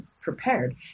prepared